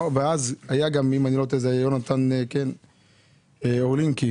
יונתן אורלינקי